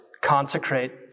Consecrate